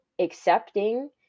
accepting